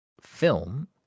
film